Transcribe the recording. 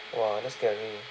!wah! that's scary